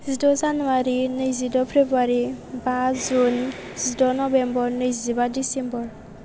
जिद' जानुवारि नैजिद' फेब्रुवारि बा जुन जिद' नभेम्बर नैजिबा दिसेम्बर